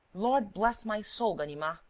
lord bless my soul, ganimard,